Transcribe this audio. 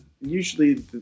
usually